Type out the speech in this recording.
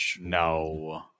No